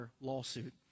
lawsuit